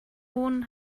wohnen